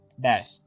dash